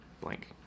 blank